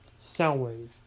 Soundwave